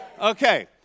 Okay